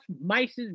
mice